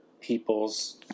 people's